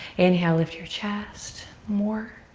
inhale, lift your chest more.